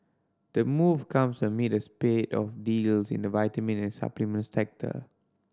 the move comes amid a spate of deals in the vitamin and supplement sector